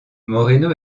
moreno